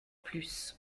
plus